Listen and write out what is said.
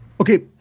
Okay